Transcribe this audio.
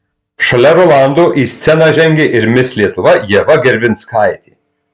šalia rolando į sceną žengė ir mis lietuva ieva gervinskaitė